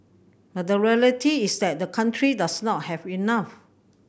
but the reality is that the country does not have enough